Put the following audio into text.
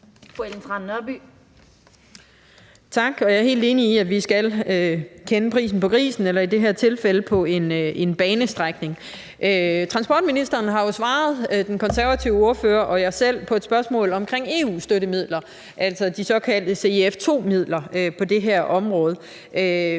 Jeg er helt enig i, at vi skal kende prisen på grisen eller i det her tilfælde på en banestrækning. Transportministeren har jo svaret den konservative ordfører og mig selv på et spørgsmål om EU-støttemidler, altså de såkaldte CEF II-midler, på det her område.